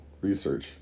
research